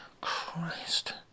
Christ